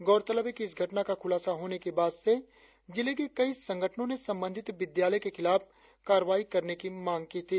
गौरतलब है कि इस घटना का खुलासा होने के बाद से जिले के कई संगठनों ने संबंधित विद्यालय के खिलाफ कार्रवाई करने की मांग की थी